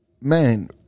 man